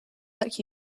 like